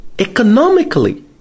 economically